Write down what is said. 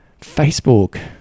Facebook